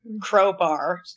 crowbar